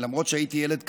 למרות שהייתי ילד קטן,